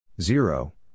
zero